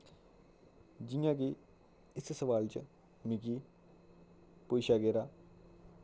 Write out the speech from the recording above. जियां कि इस सुआल च मिगी पुच्छेआ गेदा